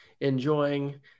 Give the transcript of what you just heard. enjoying